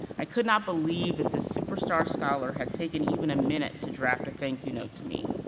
i could not believe that the superstar scholar had taken even a minute to draft a thank you note to me,